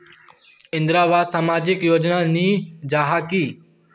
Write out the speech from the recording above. इंदरावास सामाजिक योजना नी जाहा की?